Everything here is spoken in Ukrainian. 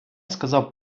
сказав